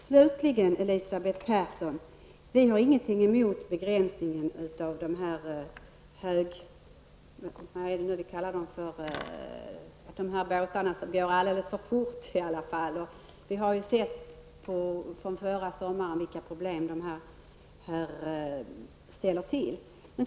Slutligen Elisabeth Persson, har vi ingenting emot begränsningar när det gäller högfartsbåtar. Vi såg under förra sommaren vilka problem de ställde till.